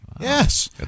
Yes